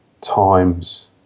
times